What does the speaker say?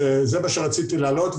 זה מה שרציתי להעלות.